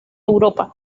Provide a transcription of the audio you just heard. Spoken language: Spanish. europa